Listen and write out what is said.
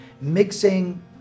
mixing